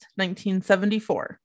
1974